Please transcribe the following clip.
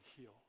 heal